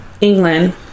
England